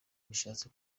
bishatse